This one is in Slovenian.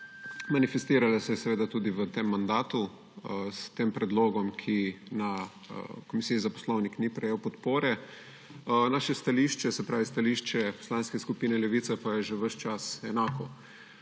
Manifestirala se je seveda tudi v tem mandatu s tem predlogom, ki na Komisiji za poslovnik ni prejel podpore. Stališče Poslanske skupina Levca pa je že ves čas enako.